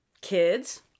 kids